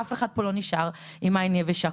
אף אחד פה לא נשאר עם עין יבשה,